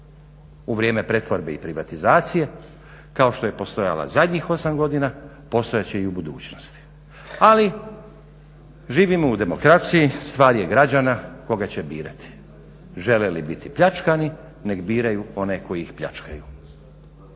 u vrijeme pretvorbe i privatizacije, kao što je postojala zadnjih 8 godina postojat će i u budućnosti, ali živimo u demokraciji, stvar je građana koga će birati. Žele li biti pljačkani, nek biraju one koji ih pljačkaju.